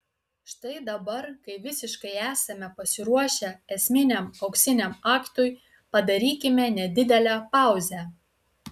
štai dabar kai visiškai esame pasiruošę esminiam auksiniam aktui padarykime nedidelę pauzę